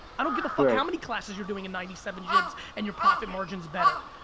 i don't give a fuck how many classes you're doing in ninety seven gyms and you're profit margin's better.